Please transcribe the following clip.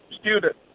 student